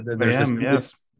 yes